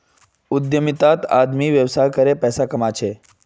उद्यमितात आदमी व्यवसाय करे फायदा कमा छे